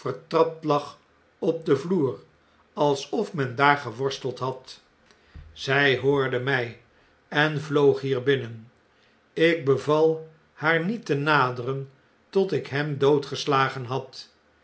vertrapt lag op den vloer alsof men daar geworsteld had zij hoorde mij en vloog hier binnen ik beval haar niet te naderen tot ik hem doodgeslagen had